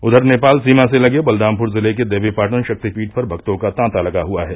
उधर नेपाल सीमा से लगे बलरामप्र जिले के देवीपाटन शक्तिपीठ पर भक्तों का तांता लगा हुआ है